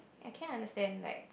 I can understand like